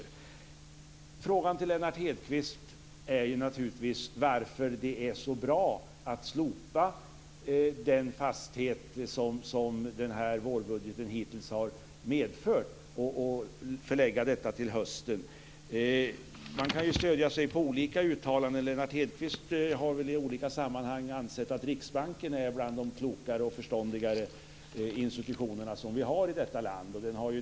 Min fråga till Lennart Hedquist blir varför det är så bra att slopa den fasthet som vårbudgeten hittills har medfört och förlägga arbetet till hösten. Man kan stödja sig på olika uttalanden. Lennart Hedquist har i olika sammanhang ansett att Riksbanken är bland de klokare institutioner som vi har i landet.